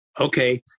Okay